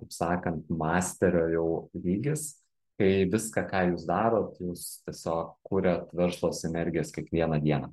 taip sakant masterio jau lygis kai viską ką jūs darot jūs tiesiog kuriat verslo sinergijas kiekvieną dieną